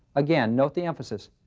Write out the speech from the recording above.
again, note the emphasis,